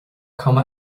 cuma